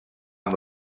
amb